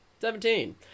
Seventeen